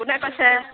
কোনে কৈছে